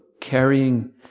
carrying